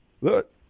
look